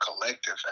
collective